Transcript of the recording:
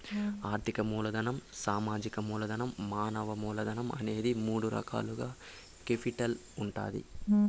ఆర్థిక మూలధనం, సామాజిక మూలధనం, మానవ మూలధనం అనే మూడు రకాలుగా కేపిటల్ ఉంటాది